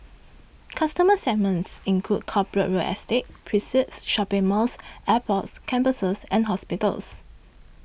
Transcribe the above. customer segments include corporate real estate precincts shopping malls airports campuses and hospitals